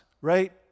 right